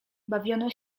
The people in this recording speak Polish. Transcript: bawiono